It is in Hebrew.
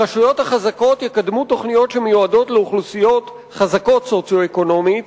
הרשויות החזקות יקדמו תוכניות שמיועדות לאוכלוסיות חזקות סוציו-אקונומית